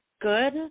good